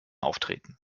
auftreten